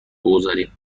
بگذاریم